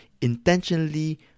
intentionally